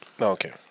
Okay